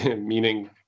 meaning